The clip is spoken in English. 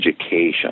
education